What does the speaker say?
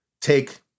take